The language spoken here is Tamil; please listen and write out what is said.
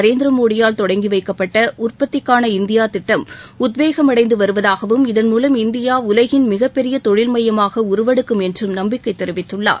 நரேந்திர மோடி யால் தொடங்கி வைக்கப்பட்ட உற்பத்திக்கான இந்தியா திட்டம் உத்வேகமடைந்து வருவதாகவும் இதன்முலம் இந்தியா உலகின் மிகப் பெரிய தொழில் மையமாக உருவெடுக்கும் என்றும் நம்பிக்கை தெரிவித்துள்ளார்